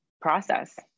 process